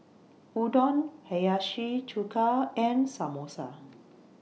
Udon Hiyashi Chuka and Samosa